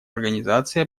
организации